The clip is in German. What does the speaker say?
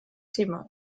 thema